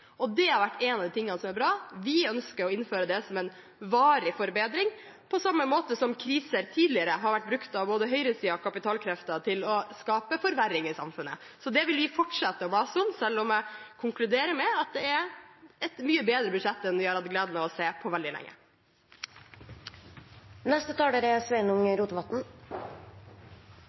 en av tingene som har vært bra. Vi ønsker å innføre det som en varig forbedring, på samme måte som kriser tidligere har vært brukt av både høyresiden og kapitalkreftene til å skape forverring i samfunnet. Det vil vi fortsette å mase om, selv om jeg konkluderer med at det er et mye bedre budsjett enn vi har hatt gleden av å se på veldig